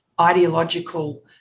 ideological